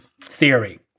theory